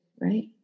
right